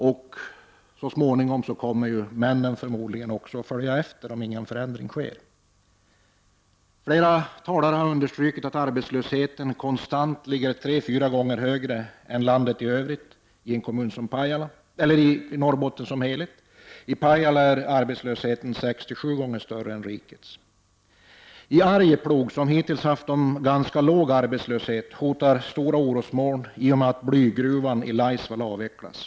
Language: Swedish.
Om ingenting görs för att åstadkomma en förändring i det avseendet kommer väl också männen att flytta från länet. Som flera andra talare här har understrukit är arbetslösheten konstant tre fyra gånger högre än vad som gäller i övriga delar av Norrbotten. Pajala kommun har sex sju gånger större arbetslöshet än övriga riket. I Arjeplog, där arbetslösheten hittills har varit ganska låg, hotar stora orosmoln i och med att blygruvan i Laisvall avvecklas.